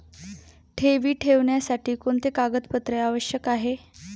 ठेवी ठेवण्यासाठी कोणते कागदपत्रे आवश्यक आहे?